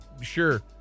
Sure